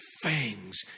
fangs